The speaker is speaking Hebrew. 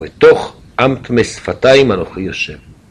בתוך עם טמא שפתיים אנכי יושב